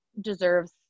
deserves